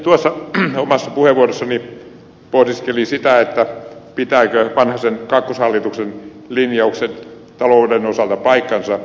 sitten tuossa omassa puheenvuorossani pohdiskelin sitä pitävätkö vanhasen kakkoshallituksen linjaukset talouden osalta paikkansa